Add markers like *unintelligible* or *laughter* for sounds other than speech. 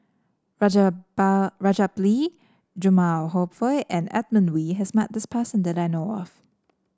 *unintelligible* Rajabali Jumabhoy and Edmund Wee has met this person that I know of